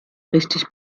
richtig